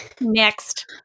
next